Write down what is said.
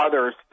others